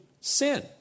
sin